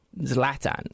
Zlatan